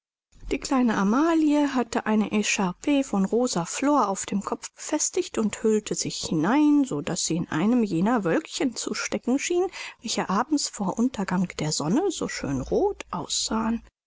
die kleine amelie hatte eine echarpe von rosa flor auf dem kopfe befestigt und hüllte sich hinein so daß sie in einem jener wölkchen zu stecken schien welche abends vor untergang der sonne so schön roth aussehen